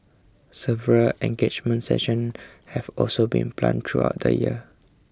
several engagement sessions have also been planned throughout the year